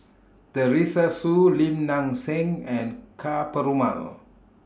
Teresa Hsu Lim Nang Seng and Ka Perumal